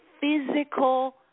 physical